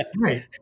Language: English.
right